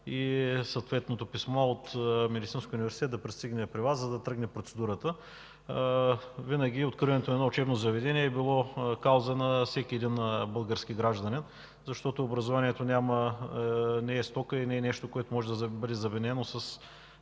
съответното писмо от Медицинския университет да пристигне при Вас, за да тръгне процедурата. Винаги откриването на учебно заведение е било кауза на всеки български гражданин, защото образованието не е стока, не е нещо, което може да бъде заменено с